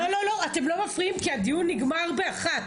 לא, לא, אתם לא מפריעים כי הדיון מסתיים ב-13:00.